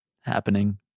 happening